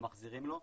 ומחזירים לו.